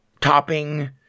topping